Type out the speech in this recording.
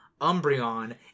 Umbreon